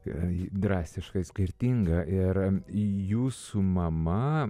drastiškai skirtinga ir jūsų mama